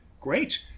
Great